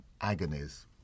agonies